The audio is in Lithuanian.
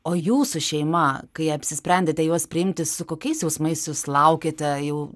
o jūsų šeima kai apsisprendėte juos priimti su kokiais jausmais jūs laukėte jų